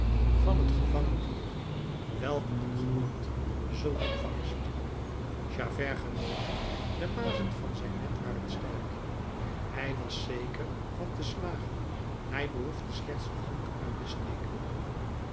van het gevangen dier welk een genot zulk een vangst javert genoot de mazen van zijn net waren sterk hij was zeker van te slagen hij behoefde slechts de hand uit te steken